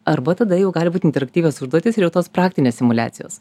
arba tada jau gali būt interaktyvios užduotys ir jau tos praktinės simuliacijos